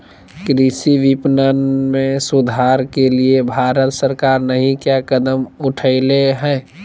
कृषि विपणन में सुधार के लिए भारत सरकार नहीं क्या कदम उठैले हैय?